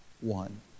one